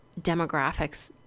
demographics